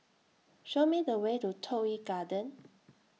Show Me The Way to Toh Yi Garden